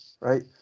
right